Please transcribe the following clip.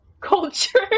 culture